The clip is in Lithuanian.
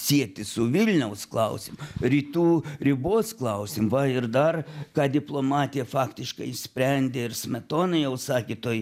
sieti su vilniaus klausimu rytų ribos klausim va ir dar ką diplomatija faktiškai išsprendė ir smetona jau sakė toj